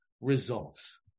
results